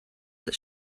that